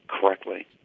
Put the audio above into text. correctly